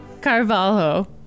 Carvalho